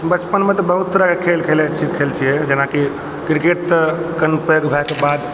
बचपनमे तऽ बहुत तरहकेँ खेल खेलने छी जेनाकि क्रिकेट तऽ कनि पैघ होयके बाद